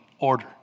order